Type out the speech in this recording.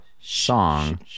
song